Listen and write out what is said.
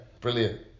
Brilliant